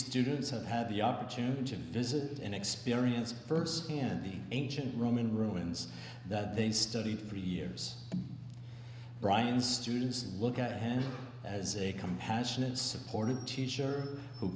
students have had the opportunity to visit and experience firsthand the ancient roman ruins that they studied three years brian students and look at him as a compassionate supportive teacher who